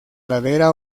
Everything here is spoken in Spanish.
ladera